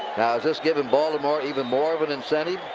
now, has this given baltimore even more of an incentive?